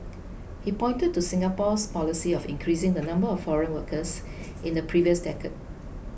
he pointed to Singapore's policy of increasing the number of foreign workers in the previous decade